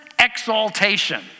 exaltation